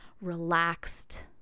relaxed